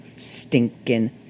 stinking